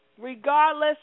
regardless